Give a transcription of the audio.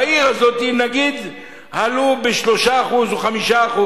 בעיר הזאת נגיד עלו ב-3% או ב-5%.